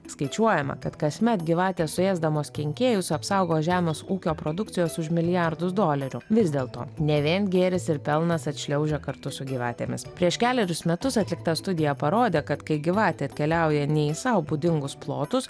skaičiuojama kad kasmet gyvatės suėsdamos kenkėjus apsaugo žemės ūkio produkcijas už milijardus dolerių vis dėlto ne vien gėris ir pelnas atšliaužia kartu su gyvatėmis prieš kelerius metus atlikta studija parodė kad kai gyvatė atkeliauja ne į sau būdingus plotus